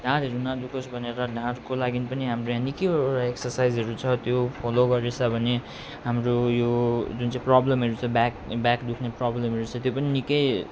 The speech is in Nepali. ढाडहरू नदुखोस् भनेर ढाडको लागि पनि हाम्रो यहाँ निकैवटा एक्सर्साइजहरू छ त्यो फलो गरेछ भने हाम्रो यो जुन चाहिँ प्रबलमहरू छ यो ब्याक ब्याक दुख्ने प्रबलम छ त्यो पनि निकै